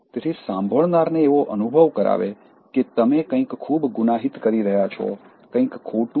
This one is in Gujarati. તેથી સાંભળનાર ને એવો અનુભવ કરાવે કે તમે કંઈક ખૂબ ગુનાહિત કરી રહ્યાં છો કંઈક ખોટું છે